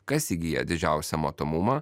kas įgyja didžiausią matomumą